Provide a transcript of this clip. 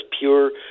pure